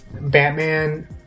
batman